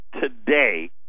today